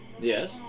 Yes